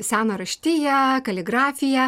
seną raštiją kaligrafiją